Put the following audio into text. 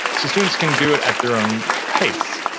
so students can do it at their own pace.